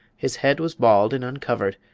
his head was bald and uncovered,